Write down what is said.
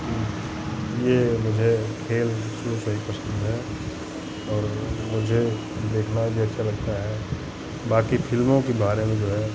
कि ये मुझे खेल शुरू से ही पसंद है और मुझे देखना भी अच्छा लगता है बाकी फ़िल्मों के बारे में जो है